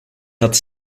had